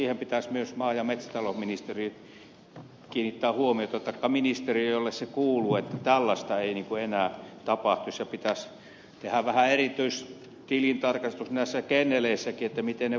siihen pitäisi myös maa ja metsätalousministerin kiinnittää huomiota taikka ministeriön jolle se kuuluu että tällaista ei enää tapahtuisi ja pitäisi tehdä vähän erityistilintarkastus näissä kenneleissäkin miten ne vahtivat näitä mitä rekisteröidään